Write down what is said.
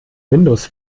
windows